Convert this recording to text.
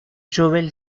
joël